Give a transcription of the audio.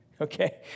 okay